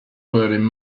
wearing